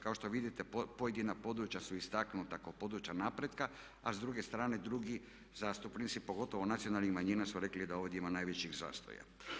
Kao što vidite pojedina područja su istaknuta kao područja napretka a s druge strane drugi zastupnici pogotovo nacionalnih manjina su rekli da ovdje ima najvećih zastoja.